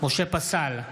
משה פסל,